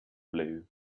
blue